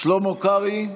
שלמה קרעי,